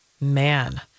man